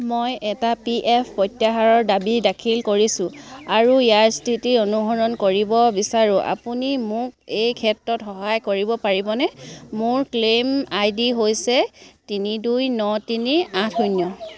মই এটা P F প্ৰত্যাহাৰৰ দাবী দাখিল কৰিছোঁ আৰু ইয়াৰ স্থিতি অনুসৰণ কৰিব বিচাৰোঁ আপুনি মোক এই ক্ষেত্ৰত সহায় কৰিব পাৰিবনে মোৰ ক্লেইম আই ডি হৈছে তিনি দুই ন তিনি আঠ শূন্য